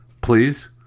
Please